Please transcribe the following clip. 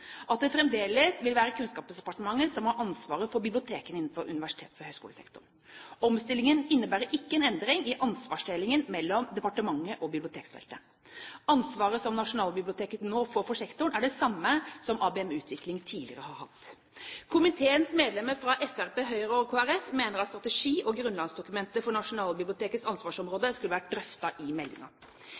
at det fremdeles vil være Kunnskapsdepartementet som har ansvaret for bibliotekene innenfor universitets- og høyskolesektoren. Omstillingen innebærer ikke en endring i ansvarsdelingen mellom departementet og bibliotekfeltet. Ansvaret som Nasjonalbiblioteket nå får for sektoren, er det samme som ABM-utvikling har hatt. Komiteens medlemmer fra Fremskrittspartiet, Høyre og Kristelig Folkeparti mener at strategi- og grunnlagsdokumentet for Nasjonalbibliotekets ansvarsområde skulle vært drøftet i